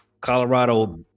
Colorado